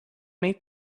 made